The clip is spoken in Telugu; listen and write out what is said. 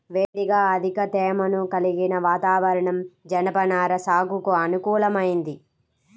వేడిగా అధిక తేమను కలిగిన వాతావరణం జనపనార సాగుకు అనుకూలమైంది